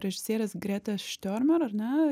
režisierės grėtės štiormer ar ne